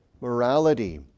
morality